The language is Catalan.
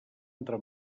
entre